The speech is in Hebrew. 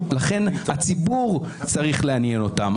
הציבור, לכן הציבור צריך לעניין אותם.